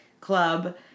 club